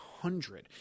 hundred